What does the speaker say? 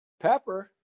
pepper